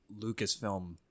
Lucasfilm